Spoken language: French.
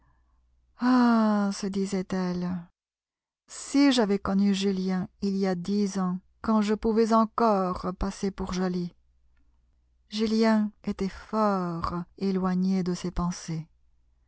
ah se disait-elle si j'avais connu julien il y a dix ans quand je pouvais encore passer pour jolie julien était fort éloigné de ces pensées